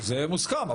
זה מוסכם,